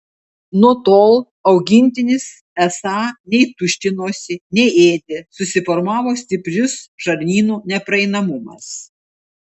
nuo tol augintinis esą nei tuštinosi nei ėdė susiformavo stiprus žarnyno nepraeinamumas